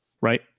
Right